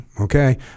Okay